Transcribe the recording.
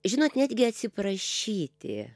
žinot netgi atsiprašyti